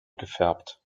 gefärbt